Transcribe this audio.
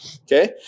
okay